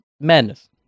madness